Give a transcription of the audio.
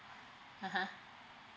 (uh huh)